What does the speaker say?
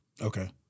Okay